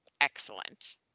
excellent